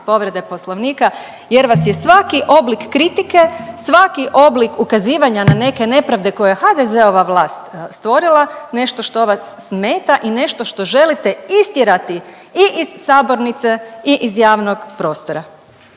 povrede Poslovnika jer vas je svaki oblik kritike, svaki oblik ukazivanja na neke nepravde koje je HDZ-ova vlast stvorila nešto što vas smeta i nešto što želite istjerati i iz sabornice i iz javnog prostora.